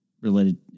related